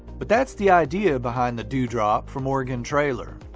but that's the idea behind the do-drop from oregon trail'r.